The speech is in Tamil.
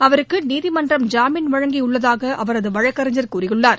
அவருக்கு நீதிமன்றம் ஜாமீன் வழங்கி உள்ளதாக அவரது வழக்கறிஞர் தெரிவித்துள்ளார்